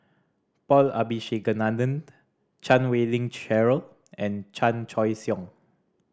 Paul Abisheganaden Chan Wei Ling Cheryl and Chan Choy Siong